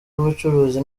w’ubucuruzi